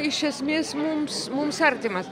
iš esmės mums mums artimas